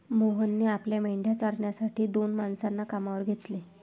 मोहनने आपल्या मेंढ्या चारण्यासाठी दोन माणसांना कामावर घेतले